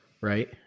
right